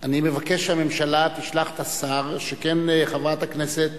אני מבקש שהממשלה תשלח את השר, שכן חברת הכנסת